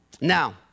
Now